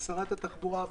לשרת התחבורה,